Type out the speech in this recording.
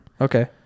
Okay